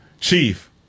Chief